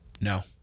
No